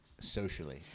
socially